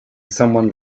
someone